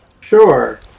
Sure